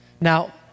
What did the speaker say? Now